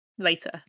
later